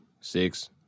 Six